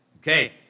Okay